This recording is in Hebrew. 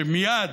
ומייד,